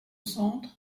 centre